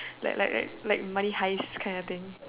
like like like like money heist kinda thing